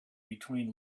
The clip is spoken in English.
between